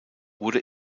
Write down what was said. wurde